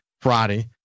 Friday